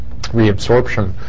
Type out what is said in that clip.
reabsorption